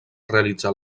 realitzar